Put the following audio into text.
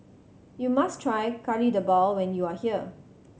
you must try Kari Debal when you are here